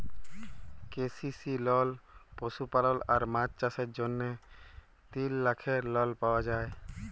KCC লল পশুপালল আর মাছ চাষের জ্যনহে তিল লাখের লল পাউয়া যায়